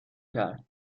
کرد